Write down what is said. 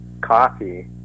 coffee